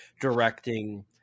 directing